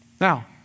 Now